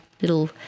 little